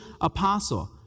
apostle